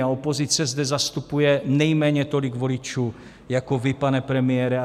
A opozice zde zastupuje nejméně tolik voličů jako vy, pane premiére.